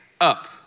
up